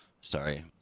Sorry